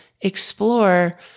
explore